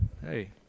hey